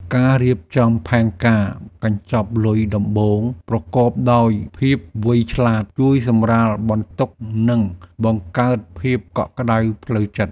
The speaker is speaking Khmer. ការរៀបចំផែនការកញ្ចប់លុយដំបូងប្រកបដោយភាពវៃឆ្លាតជួយសម្រាលបន្ទុកនិងបង្កើតភាពកក់ក្ដៅផ្លូវចិត្ត។